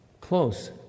close